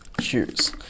Cheers